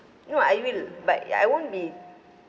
no I will but I won't be